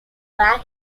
where